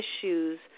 issues